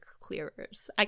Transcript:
clearers